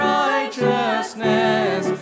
righteousness